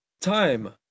time